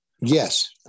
Yes